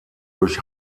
durch